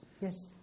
Yes